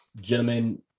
Gentlemen